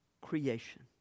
creation